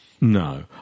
No